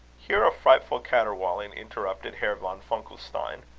here a frightful caterwauling interrupted herr von funkelstein.